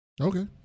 Okay